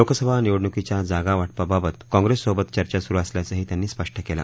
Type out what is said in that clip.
लोकसभा निवडणुकीच्या जागावाटपाबाबत काँप्रेससोबत चर्चा सुरू असल्याचहीीत्यातीी स्पष्ट केलं